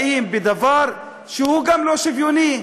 ועוד באים בדבר שגם הוא לא שוויוני.